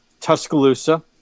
Tuscaloosa